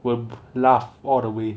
will laugh all the way